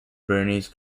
bernese